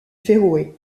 féroé